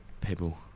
People